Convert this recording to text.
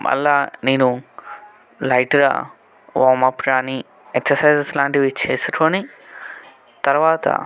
మళ్ళీ నేను లైట్గా వామప్ కానీ ఎక్ససైజెస్ లాంటివి చేసుకొని తరువాత